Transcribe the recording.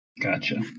Gotcha